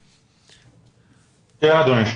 פה, אדוני.